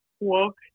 walk